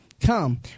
come